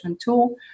tool